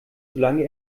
solange